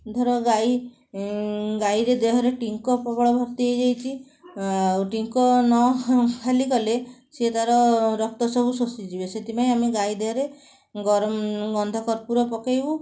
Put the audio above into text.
ଧର ଗାଈ ଗାଈରେ ଦେହରେ ଟିଙ୍କ ପ୍ରବଳ ଭର୍ତ୍ତି ହେଇଯାଇଛି ଆଉ ଟିଙ୍କ ନ ଖାଲି କଲେ ସିଏ ତା'ର ରକ୍ତସବୁ ଶୋଷିଯିବେ ସେଥିପାଇଁ ଆମେ ଗାଈ ଦେହରେ ଗରମ ଗନ୍ଧକର୍ପୂର ପକାଇବୁ